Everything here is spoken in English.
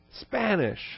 Spanish